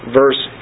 verse